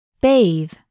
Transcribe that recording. Bathe